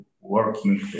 working